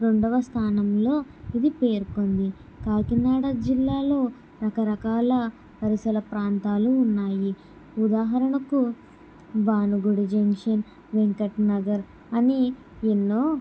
రెండవ స్థానంలో ఇది పేర్కొంది కాకినాడ జిల్లాలో రకరకాల పరిసర ప్రాంతాలు ఉన్నాయి ఉదాహరణకు భానుగుడి జంక్షన్ వెంకట్ నగర్ అని ఎన్నో